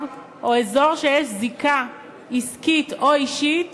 או באזור שיש לו זיקה עסקית או אישית